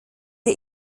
der